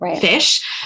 fish